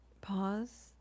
pause